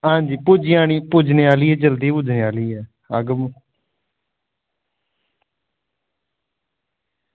आं पुज्जी जानी पुज्जने आह्ली ऐ जल्दी पुज्जी जानी ऐ अग्ग